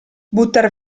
buttar